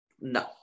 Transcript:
No